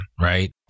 right